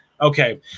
Okay